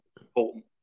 Important